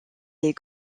les